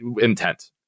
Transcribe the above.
intent